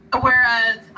whereas